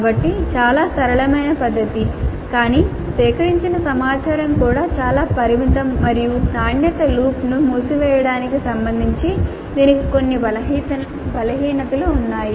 కాబట్టి చాలా సరళమైన పద్ధతి కానీ సేకరించిన సమాచారం కూడా చాలా పరిమితం మరియు నాణ్యత లూప్ను మూసివేయడానికి సంబంధించి దీనికి కొన్ని బలహీనతలు ఉన్నాయి